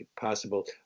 possible